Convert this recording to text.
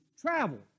travel